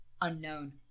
unknown